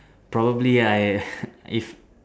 probably I if